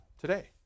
today